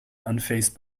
unfazed